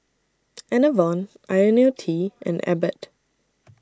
Enervon Ionil T and Abbott